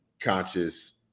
conscious